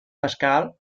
pascal